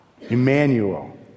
Emmanuel